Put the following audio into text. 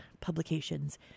publications